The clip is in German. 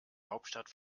hauptstadt